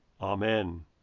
Amen